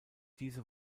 diese